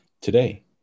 today